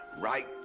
Right